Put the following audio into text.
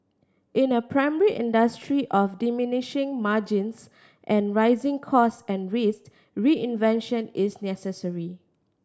in a primary industry of diminishing margins and rising costs and risk reinvention is necessary